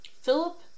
Philip